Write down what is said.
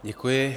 Děkuji.